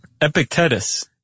Epictetus